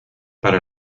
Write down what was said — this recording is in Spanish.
para